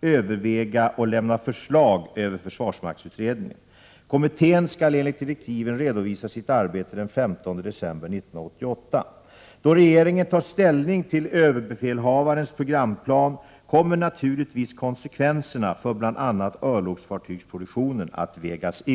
överväga och lämna förslag över försvarsmaktsutredningen. Kommittén skall enligt direktiven redovisa sitt arbete den 15 december 1988. Då regeringen tar ställning till överbefälhavarens programplan kommer naturligtvis konsekvenserna för bl.a. örlogsfartygsproduktionen att vägas in.